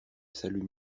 salut